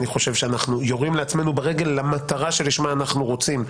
אני חושב שאנחנו יורים לעצמנו ברגל למטרה שלשמה אנחנו רוצים,